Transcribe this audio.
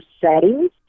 settings